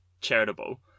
charitable